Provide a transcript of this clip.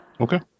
Okay